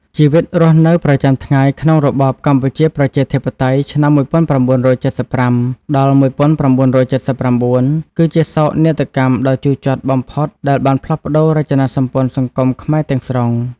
ជីវិតរស់នៅប្រចាំថ្ងៃក្នុងរបបកម្ពុជាប្រជាធិបតេយ្យ (ឆ្នាំ ១៩៧៥-១៩៧៩) គឺជាសោកនាដកម្មដ៏ជូរចត់បំផុតដែលបានផ្លាស់ប្តូររចនាសម្ព័ន្ធសង្គមខ្មែរទាំងស្រុង។